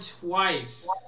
twice